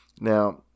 now